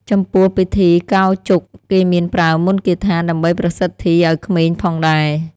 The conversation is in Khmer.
ចំពោះ ពិធីកោរជុក គេមានប្រើមន្តគាថា ដើម្បីប្រសិទ្ធីឲ្យក្មេងផងដែរ។